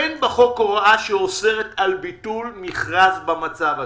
אין בחוק הוראה שאוסרת על ביטול מכרז במצב הזה.